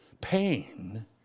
pain